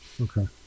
Okay